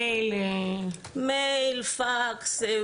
מייל, פקס.